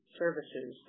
services